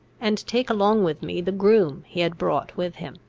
and take along with me the groom he had brought with him.